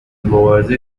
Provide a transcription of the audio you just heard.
مبارزه